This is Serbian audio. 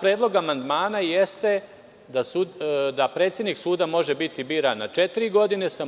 predlog amandmana jeste da predsednik suda može biti biran na četiri godine sa